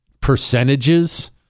percentages